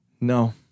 No